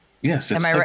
Yes